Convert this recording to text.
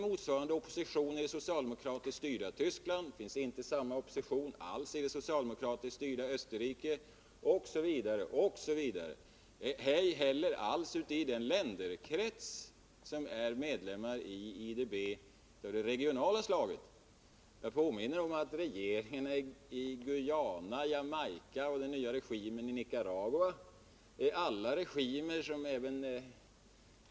Motsvarande opposition finns inte i det socialdemokratiskt styrda Tyskland, i det socialdemokratiskt styrda Österrike osv., och inte heller i den krets av länder som är regionala medlemmar i IDB. Jag påminner om att det inte framförs någon kritik från regeringarna i Guayana, Jamaica och den nya regimen i Nicaragua, vilka alla är regimer som t.o.m.